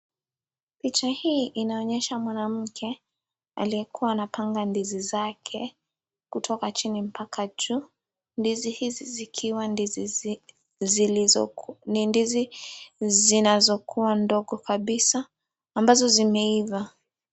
Picha hii inaonyesha mwanamke aliyekua anapanga ndizi zake kutoka chini mpaka juu, ndizi hizi zikiwa ni ndizi zinazo kua ndogo kabisa ambazo zimeiva.